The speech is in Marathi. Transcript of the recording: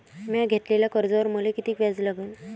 म्या घेतलेल्या कर्जावर मले किती व्याज लागन?